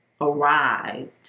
arrived